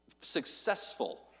successful